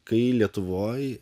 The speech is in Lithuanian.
kai lietuvoj